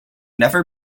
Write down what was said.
never